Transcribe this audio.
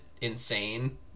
insane